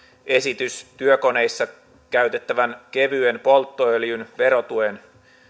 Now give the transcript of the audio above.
esitys työkoneissa käytettävän kevyen polttoöljyn verotuen